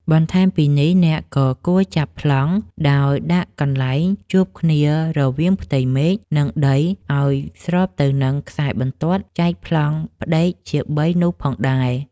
បន្ថែមពីនេះ អ្នកក៏គួរចាប់ប្លង់ ដោយដាក់កន្លែងជួបគ្នារវាងផ្ទៃមេឃ និងដីឱ្យស្របទៅនឹងខ្សែបន្ទាត់ចែកប្លង់ផ្ដេកជាបីនោះផងដែរ។